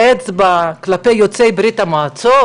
האצבע שמופנית כלפי יוצאי ברית המועצות,